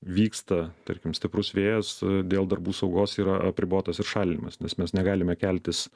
vyksta tarkim stiprus vėjas dėl darbų saugos yra apribotas ir šalinimas nes mes negalime keltis